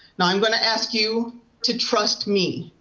i'm gonna ask you to trust me.